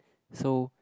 so